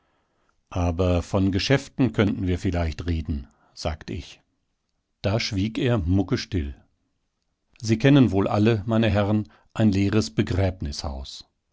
aber von geschäften könnten wir vielleicht reden sagt ich da schwieg er muckestill sie kennen wohl alle meine herren ein leeres begräbnishaus